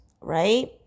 right